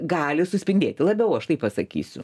gali suspindėti labiau aš taip pasakysiu